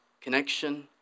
connection